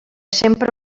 sempre